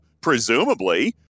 presumably